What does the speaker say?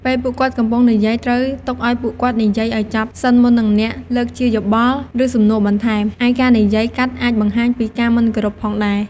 ពេលពួកគាត់កំពុងនិយាយត្រូវទុកឲ្យពួកគាត់និយាយឲ្យចប់សិនមុននឹងអ្នកលើកជាយោបល់ ឬសំនួរបន្ថែម ឯការនិយាយកាត់អាចបង្ហាញពីការមិនគោរពផងដែរ។